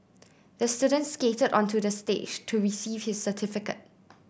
the student skated onto the stage to receive his certificate